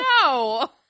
No